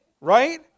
Right